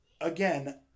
again